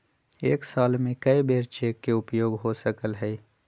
एक साल में कै बेर चेक के उपयोग हो सकल हय